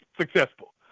successful